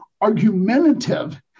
argumentative